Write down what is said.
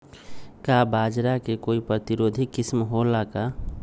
का बाजरा के कोई प्रतिरोधी किस्म हो ला का?